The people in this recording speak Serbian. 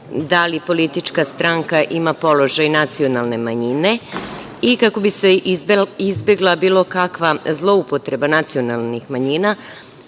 da li politička stranka ima položaj nacionalne manjine i kako bi se izbegla bilo kakva zloupotreba nacionalnih manjina,